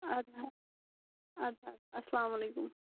اَدٕ حظ اَدٕ حظ اَسلام علیکُم